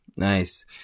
Nice